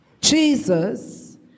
Jesus